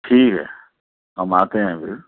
ٹھیک ہے ہم آتے ہیں پھر